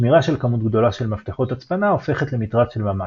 שמירה של כמות גדולה של מפתחות הצפנה הופכת למטרד של ממש.